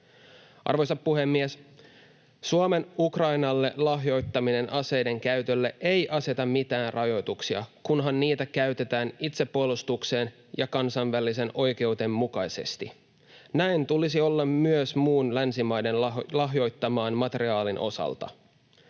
Arvoisa puhemies! Suomen Ukrainalle lahjoittamien aseiden käytölle ei aseteta mitään rajoituksia, kunhan niitä käytetään itsepuolustukseen ja kansainvälisen oikeuden mukaisesti. Näin tulisi olla myös muun länsimaiden lahjoittaman materiaalin osalta.